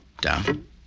Down